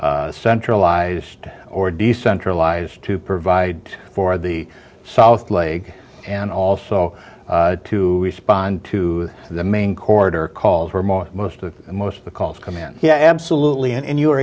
centralized or decentralized to provide for the southlake and also to respond to the main corridor calls or more most of most of the calls come in yeah absolutely and you are